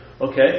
okay